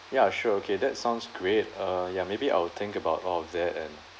ya sure okay that sounds great uh ya maybe I'll think about all of that and